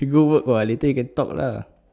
you go work [what] later you go talk lah